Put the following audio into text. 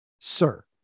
sir